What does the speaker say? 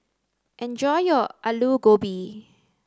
enjoy your Alu Gobi